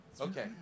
Okay